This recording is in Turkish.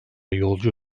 yolcu